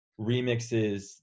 remixes